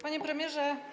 Panie Premierze!